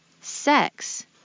sex